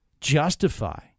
justify